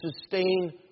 sustain